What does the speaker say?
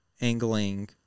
angling